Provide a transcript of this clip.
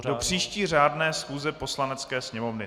Do příští řádné schůze Poslanecké sněmovny.